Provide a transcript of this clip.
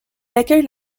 accueille